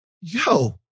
yo